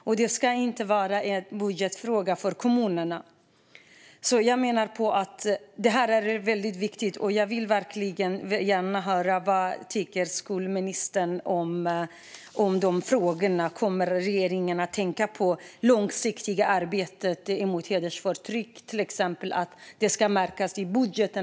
Och det ska inte vara en budgetfråga för kommunerna. Det här är väldigt viktigt, och jag vill verkligen gärna höra vad skolministern tycker om de här frågorna. Kommer regeringen att tänka på att det långsiktiga arbetet mot hedersförtryck ska märkas i budgeten?